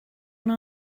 went